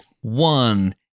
one